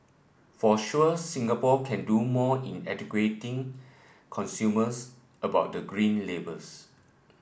for sure Singapore can do more in educating consumers about the Green Labels